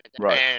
Right